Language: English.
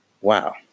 wow